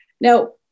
Now